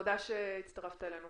תודה שהצטרפת אלינו.